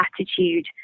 attitude